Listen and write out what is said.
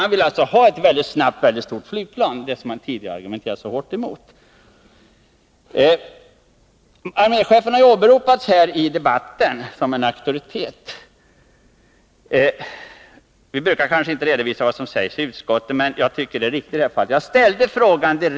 Han vill ha ett snabbt och stort flygplan, det som han tidigare argumenterade så hårt emot. Arméchefen har åberopats i debatten som en auktoritet. Vi brukar inte redovisa vad som sägs i utskottet, man jag tycker att det är riktigt i det här fallet.